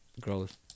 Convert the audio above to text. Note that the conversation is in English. growth